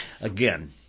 again